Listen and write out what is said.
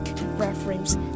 reference